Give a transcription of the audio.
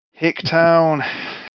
Hicktown